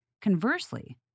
Conversely